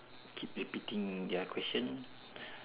keep repeating their question